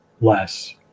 less